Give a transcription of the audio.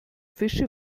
fische